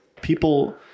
people